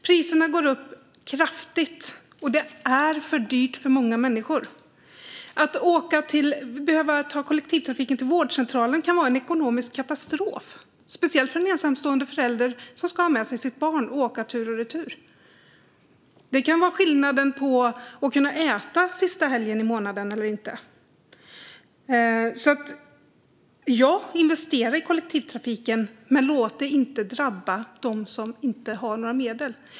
Priserna går upp kraftigt, och det är för dyrt för många människor. Att behöva ta kollektivtrafiken till vårdcentralen kan vara en ekonomisk katastrof, speciellt för en ensamstående förälder som ska ha med sig sitt barn och åka tur och retur. Det kan avgöra om man kan äta eller inte den sista helgen i månaden. Ja, investera gärna i kollektivtrafiken, men låt det inte drabba dem som inte har några medel.